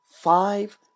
five